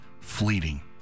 fleeting